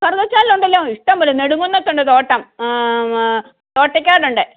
കറുകച്ചാലിൽ ഉണ്ടല്ലോ ഇഷ്ടംപോലെ നെടുങ്കുന്നത്ത് ഉണ്ട് തോട്ടം തോട്ടയ്ക്കാട് ഉണ്ട്